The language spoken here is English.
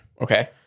Okay